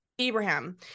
ibrahim